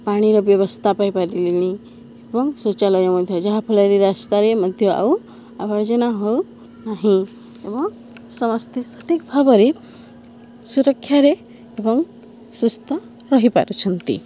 ପାଣିର ବ୍ୟବସ୍ଥା ପାଇପାରିଲେଣି ଏବଂ ଶୌଚାଳୟ ମଧ୍ୟ ଯାହାଫଳରେ ରାସ୍ତାରେ ମଧ୍ୟ ଆଉ ଆବର୍ଜନା ହଉ ନାହିଁ ଏବଂ ସମସ୍ତେ ସଠିକ୍ ଭାବରେ ସୁରକ୍ଷାରେ ଏବଂ ସୁସ୍ଥ ରହିପାରୁଛନ୍ତି